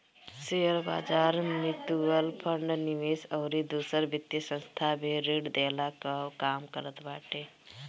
शेयरबाजार, mutual fund, निवेश अउरी दूसर वित्तीय संस्था भी ऋण देहला कअ काम करत बाटे